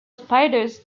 spiders